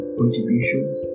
contributions